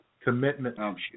Commitment